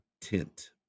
tint